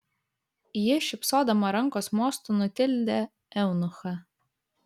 ji šypsodama rankos mostu nutildė eunuchą